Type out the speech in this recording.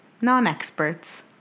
non-experts